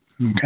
Okay